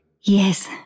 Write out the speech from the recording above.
Yes